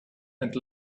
and